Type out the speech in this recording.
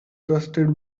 trusted